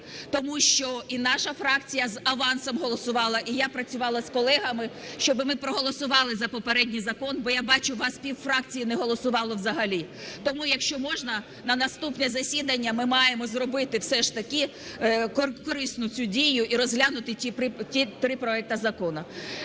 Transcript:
Тому що і наша фракція з авансом голосувала, і я працювала з колегами, щоб ми проголосували за попередній закон, бо я бачу, у вас пів фракції не голосувало взагалі. Тому, якщо можна, на наступне засідання ми маємо зробити все ж таки корисну цю дію і розглянути ті три проекти закону.